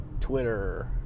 Twitter